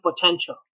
potential